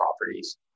properties